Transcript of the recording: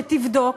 שתבדוק